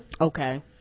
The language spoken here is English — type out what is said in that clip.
okay